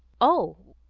oh,